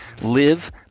live